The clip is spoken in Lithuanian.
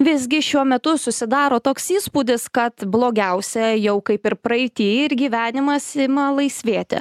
visgi šiuo metu susidaro toks įspūdis kad blogiausia jau kaip ir praeity ir gyvenimas ima laisvėti